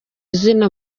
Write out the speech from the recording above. izina